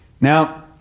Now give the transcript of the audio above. Now